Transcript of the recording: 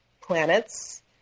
planets